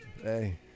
Hey